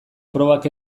probak